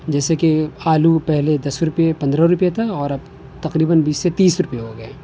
جیسے کہ آلو پہلے دس روپئے پندرہ روپئے تھا اور اب تقریباً بیس سے تیس روپئے ہو گیا ہے